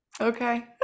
Okay